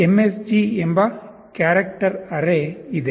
msg ಎಂಬ character array ಇದೆ